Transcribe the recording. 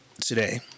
today